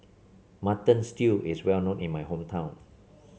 Mutton Stew is well known in my hometown